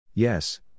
Yes